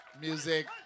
music